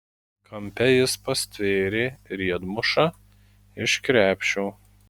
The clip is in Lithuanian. kampe jis pastvėrė riedmušą iš krepšio